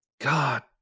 God